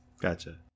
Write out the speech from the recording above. Gotcha